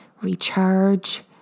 recharge